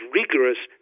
rigorous